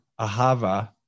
Ahava